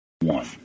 One